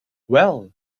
well